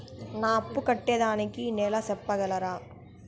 నా అప్పు కట్టేదానికి నెల సెప్పగలరా?